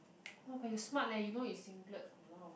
!wah! but you smart leh you know is singlet !walao!